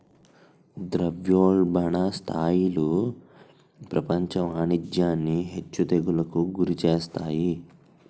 ద్రవ్యోల్బణ స్థాయిలు ప్రపంచ వాణిజ్యాన్ని హెచ్చు తగ్గులకు గురిచేస్తాయి